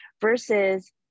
versus